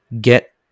get